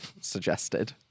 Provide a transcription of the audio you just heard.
suggested